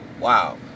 wow